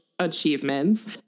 achievements